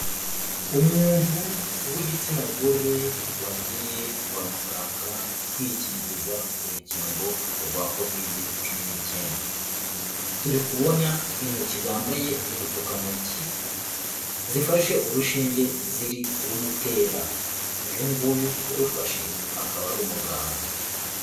Umuntu w'igitsina gore wagiye kwa muganga kwikingiza urukingo rwa kovide cumi n'icyenda, turi kubona intoki zambaye udupfukantoki zifashe urushinge ziri kurumutera, uyu nguyu urufashe akaba ari umuganga.